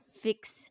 fix